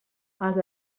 els